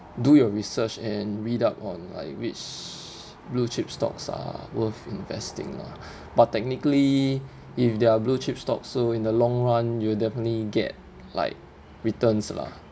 do your research and read up on like which blue chip stocks are worth investing lah but technically if there are blue chip stocks so in the long run you'll definitely get like returns lah